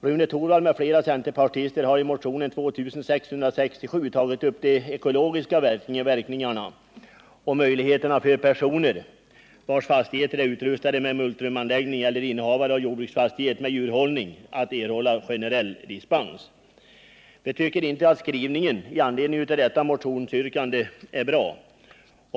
Rune Torwald m.fl. centerpartister har i motionen 2667 tagit upp de ekologiska verkningarna och möjligheterna för personer vilkas fastigheter är utrustade med multrumanläggning eller för innehavare av jordbruksfastighet med djurhållning att erhålla generell dispens. Vi tycker inte att skrivningen i betänkandet i anledning av detta motionsyrkande är bra.